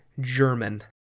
German